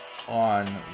On